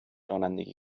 رانندگی